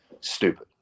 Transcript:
stupid